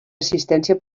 assistència